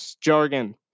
jargon